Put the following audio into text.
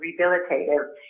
rehabilitative